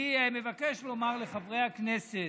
אני מבקש לומר לחברי הכנסת,